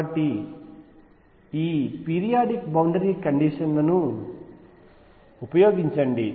కాబట్టి periodic boundary కండిషన్లను ఉపయోగించండి